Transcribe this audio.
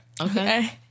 okay